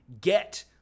get